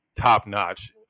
top-notch